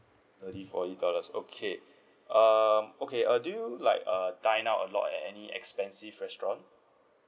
thirty forty dollars okay um okay uh do you like err dine out a lot at any expensive restaurant